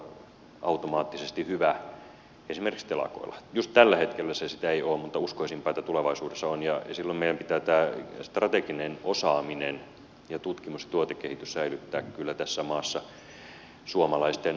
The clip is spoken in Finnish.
just tällä hetkellä se sitä ei ole mutta uskoisinpa että tulevaisuudessa on ja silloin meidän pitää tämä strateginen osaaminen ja tutkimus ja tuotekehitys säilyttää kyllä tässä maassa suomalaisten hallussa